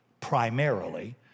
primarily